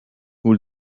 who